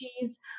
cheese